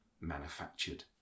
manufactured